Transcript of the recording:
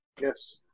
Yes